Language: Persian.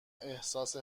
احساس